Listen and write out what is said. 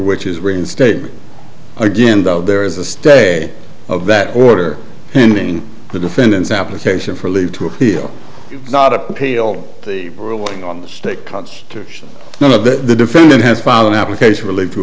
which is reinstated again though there is a stay of that order ending the defendant's application for leave to appeal not appeal the ruling on the state constitution none of the defendant has fallen application relie